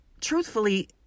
truthfully